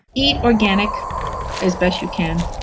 eat organic as best you can,